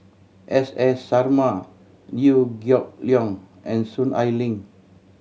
S S Sarma Liew Geok Leong and Soon Ai Ling